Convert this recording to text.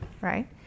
right